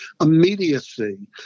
immediacy